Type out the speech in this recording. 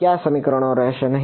કયા સમીકરણો રહેશે નહીં